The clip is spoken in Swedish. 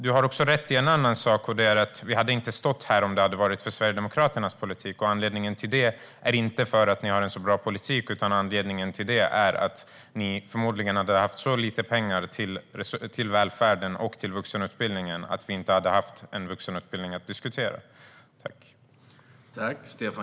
Du har rätt i en sak, och det är att vi inte hade stått här om Sverigedemokraterna hade styrt, och anledningen till det är inte att ni har en så bra politik utan att ni förmodligen hade haft så lite pengar till välfärden och vuxenutbildningen att vi inte hade haft en vuxenutbildning att diskutera.